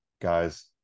guys